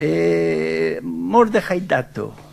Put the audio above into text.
אממ... מורדכי טאטו